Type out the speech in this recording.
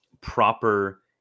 proper